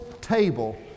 table